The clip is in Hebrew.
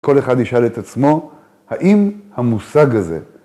כל אחד ישאל את עצמו, האם המושג הזה.